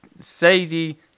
Sadie